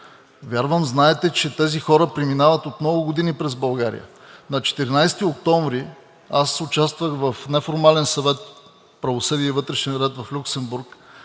Вярвам знаете, че тези хора преминават от много години през България. На 14 октомври аз участвах в неформален съвет „Правосъдие и вътрешен ред“ в Люксембург